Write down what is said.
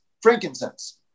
frankincense